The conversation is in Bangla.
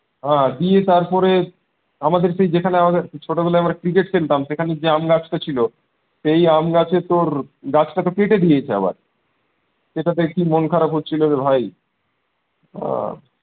হ্যাঁ দিয়ে তারপরে আমাদের সেই যেখানে আমাদের ছোটবেলায় আমরা ক্রিকেট খেলতাম সেখানে যে আম গাছটা ছিল সেই আম গাছে তোর গাছটা তো কেটে দিয়েছে আবার সেটা দেখে কি মন খারাপ হচ্ছিল রে ভাই হ্যাঁ